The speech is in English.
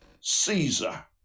Caesar